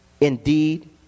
indeed